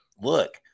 look